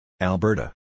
Alberta